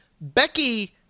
Becky